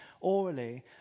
orally